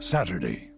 Saturday